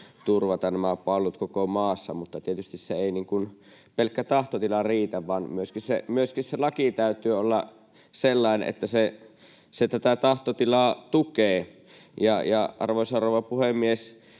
turvata nämä palvelut koko maassa, mutta tietysti ei pelkkä tahtotila riitä, vaan myöskin se laki täytyy olla sellainen, [Jenna Simula: Sitä muutettiin!] että se tätä tahtotilaa tukee. Arvoisa rouva puhemies!